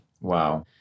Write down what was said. Wow